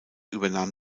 übernahm